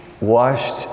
washed